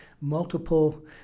multiple